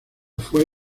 fue